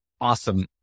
Awesome